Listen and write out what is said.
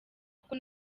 kuko